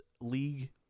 League